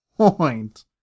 point